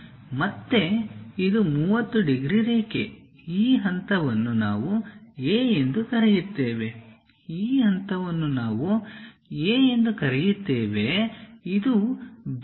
ಮತ್ತೆ ಇದು 30 ಡಿಗ್ರಿ ರೇಖೆ ಈ ಹಂತವನ್ನು ನಾವು A ಎಂದು ಕರೆಯುತ್ತೇವೆ ಈ ಹಂತವನ್ನು ನಾವು A ಎಂದು ಕರೆಯುತ್ತೇವೆ ಇದು B